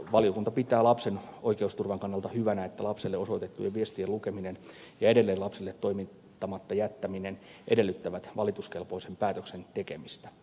valiokunta pitää lapsen oikeusturvan kannalta hyvänä että lapselle osoitettujen viestien lukeminen ja edelleen lapselle toimittamatta jättäminen edellyttävät valituskelpoisen päätöksen tekemistä